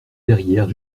derrière